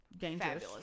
fabulous